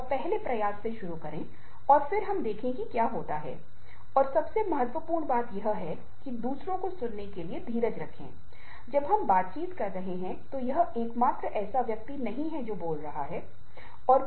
और इसलिए भारत में अलग अलग सुविधाएं अलग अलग कार्य अलग अलग अवकाश सुविधाएं और आदि नियम भी लागू किए जाते हैं ताकि कार्य संतुलन प्राप्त किया जा सके